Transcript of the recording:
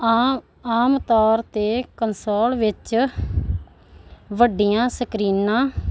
ਆ ਆਮ ਤੌਰ 'ਤੇ ਕੰਸੋਲ ਵਿੱਚ ਵੱਡੀਆਂ ਸਕਰੀਨਾਂ